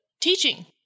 teaching